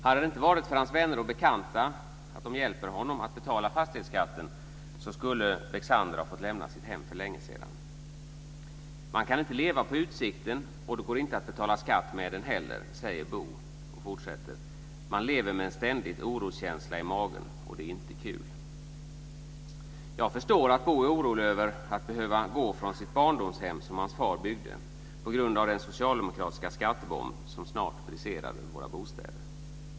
Hade det inte varit för att hans vänner och bekanta hjälper till att betala fastighetsskatten skulle Bo Bexander ha fått lämna sitt hem för länge sedan. Man kan inte leva på utsikten, och det går inte att betala skatt med den heller, säger Bo och fortsätter: Man lever med en ständig oroskänsla i magen, och det är inte kul. Jag förstår att Bo är orolig över att behöva gå ifrån sitt barndomshem som hans far byggde, på grund av den socialdemokratiska skattebomb som snart briserar över våra bostäder.